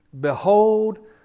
Behold